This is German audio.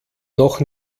noch